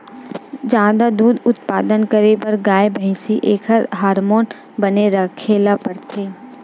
जादा दूद उत्पादन करे बर गाय, भइसी एखर हारमोन बने राखे ल परथे